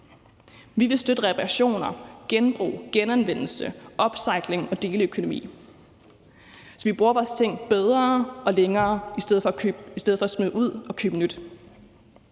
Vi vil støtte reparationer, genbrug, genanvendelse, upcycling og deleøkonomi, så vi bruger vores ting bedre og længere i stedet for at smide ud og købe nyt.